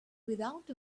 without